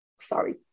Sorry